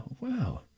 Wow